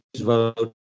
vote